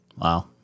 Wow